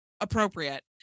appropriate